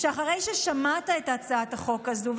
אחרי ששמעת את הצעת החוק הזו,